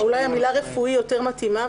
אולי המילה "רפואי" יותר מתאימה,